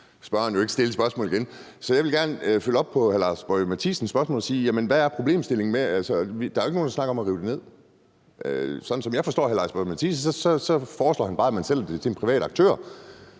så jeg vil gerne følge op på hr. Lars Boje Mathiesens spørgsmål og spørge: Hvad er problemet? Der er jo ikke nogen, der snakker om at rive det ned. Sådan som jeg forstår hr. Lars Boje Mathiesen, foreslår han bare, at man sælger det til en privat aktør,